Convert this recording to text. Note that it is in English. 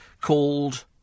called